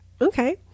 Okay